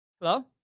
Hello